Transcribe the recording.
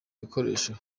bikoresho